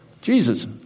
Jesus